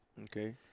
Okay